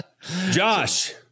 Josh